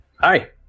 Hi